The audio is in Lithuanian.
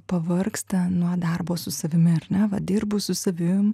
pavargsta nuo darbo su savimi ar ne va dirbu su savim